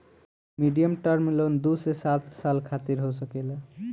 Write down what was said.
medium term loan दू से सात साल खातिर हो सकेला